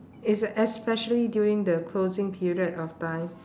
it's at especially during the closing period of time